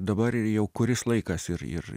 dabar ir jau kuris laikas ir ir